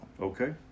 Okay